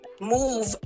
move